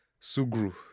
Sugru